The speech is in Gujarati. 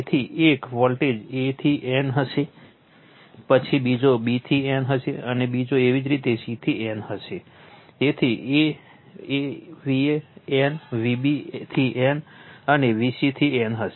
તેથી એક વોલ્ટેજ a થી n હશે પછી બીજો b થી n હશે બીજો એવી જ રીતે c થી n હશે તેથી V a થી n V b થી n અને V c થી n હશે